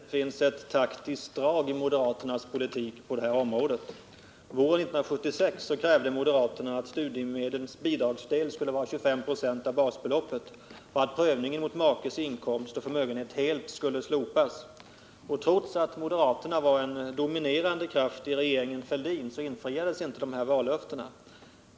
Herr talman! Jag framhöll i mitt förra inlägg att det finns ett taktiskt drag i moderaternas politik på detta område. Våren 1976 krävde moderaterna att studiemedlens bidragsdel skulle vara 25 96 av basbeloppet och att prövningen mot makes inkomst och förmögenhet helt skulle slopas. Trots att moderaterna var en dominerande kraft i regeringen Fälldin infriades inte dessa vallöften.